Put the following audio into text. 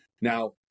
Now